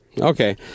Okay